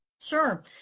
Sure